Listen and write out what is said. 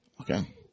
Okay